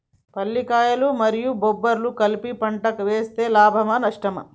పల్లికాయలు మరియు బబ్బర్లు కలిపి పంట వేస్తే లాభమా? నష్టమా?